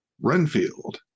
Renfield